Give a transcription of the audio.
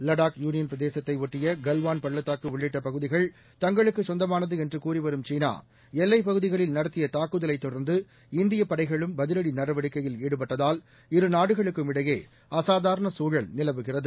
Ladakh union பிரதேசத்தையொட்டிய கல்வான்பள்ளத்தாக்குஉள்ளிட்டபகுதிகள் தங்களுக்குச்சொந்தமானதுஎன்றுகூறிவரும்சீனா எல்லைப்பகுதிகளில் நடத்தியதாக்குதலைத்தொடர்ந்து இந்தியப்படைகளும்பதிலடி நடவடிக்கையில்ஈடுபட்டதால் இருநாடுகளுக்கும்இடையேஅசாதாரண சூழல்நிலவுகிறது